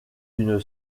une